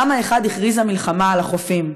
תמ"א 1 הכריזה מלחמה על החופים,